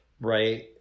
right